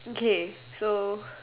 okay so